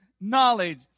knowledge